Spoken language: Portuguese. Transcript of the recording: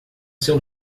seu